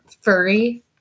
furry